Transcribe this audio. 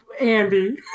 Andy